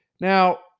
now